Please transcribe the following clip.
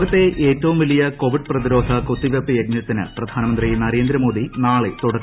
ലോകത്ത് ഏറ്റവും വലിയ കോവിഡ് പ്രതിരോധ കുത്തിവയ്പ്പ് യജ്ഞത്തിന് പ്രധാനമന്ത്രി നരേന്ദ്ര മോദി നാളെ തുടക്കം കുറിക്കും